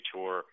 Tour